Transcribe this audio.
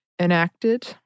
enacted